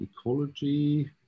ecology